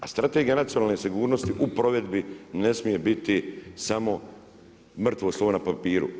A Strategija nacionalne sigurnosti u provedbi ne smije biti samo mrtvo slovo na papiru.